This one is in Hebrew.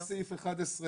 סוף סעיף 11,